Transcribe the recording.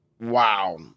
Wow